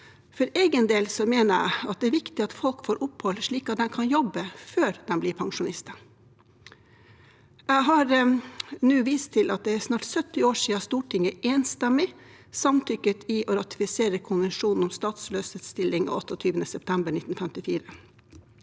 For egen del mener jeg det er viktig at folk får opphold, slik at de kan jobbe før de blir pensjonister. Jeg har nå vist til at det er snart 70 år siden Stortinget enstemmig samtykket i å ratifisere konvensjonen om statsløses stilling av 28. september 1954.